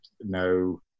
no